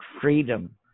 freedom